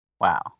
Wow